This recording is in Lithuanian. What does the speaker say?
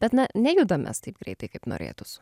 bet na nejudam mes taip greitai kaip norėtųs